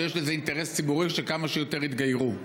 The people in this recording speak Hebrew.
שיש בזה אינטרס ציבורי שכמה שיותר יתגיירו,